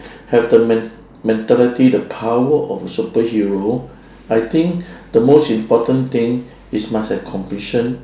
have the men~ mentality the power of a superhero I think the most important thing is must have compassion